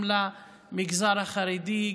גם למגזר החרדי,